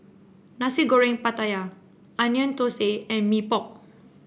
Nasi Goreng Pattaya Onion Thosai and Mee Pok